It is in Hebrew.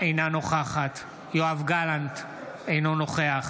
אינה נוכחת יואב גלנט, אינו נוכח